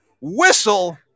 whistle